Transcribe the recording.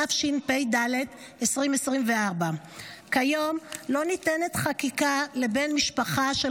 התשפ"ד 2024. כיום לא ניתנת חקיקה לבן משפחה של